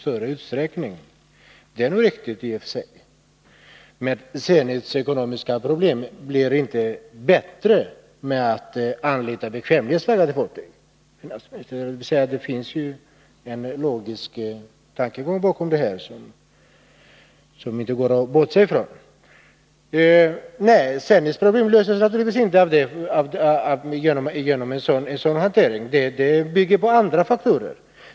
Det är nog i och för sig riktigt. Men Zenits ekonomiska problem blir inte mindre av att staten anlitar bekvämlighetsflaggade fartyg. Det finns en logisk tankegång bakom detta som man inte kan bortse från. Nej, Zenits problem löses naturligtvis inte av att staten upphör att anlita bekvämlighetsflaggade fartyg; de bygger på andra faktorer.